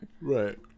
Right